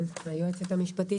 אני היועצת המשפטית